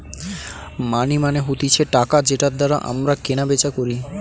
মানি মানে হতিছে টাকা যেটার দ্বারা আমরা কেনা বেচা করি